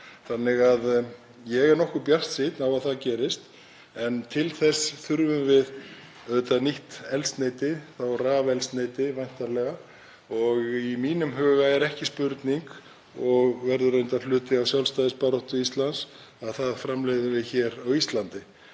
Þannig að ég er nokkuð bjartsýnn á að það gerist en til þess þurfum við auðvitað nýtt eldsneyti, þá rafeldsneyti væntanlega. Í mínum huga er ekki spurning, og verður reyndar hluti af sjálfstæðisbaráttu Íslands, að það framleiðum við hér á Íslandi.